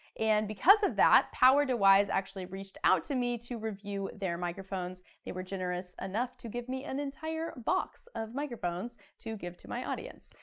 and because of that, powerdewise actually reached out to me to review their microphones. they were generous enough to give me an entire box of microphones to give to my audience.